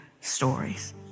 stories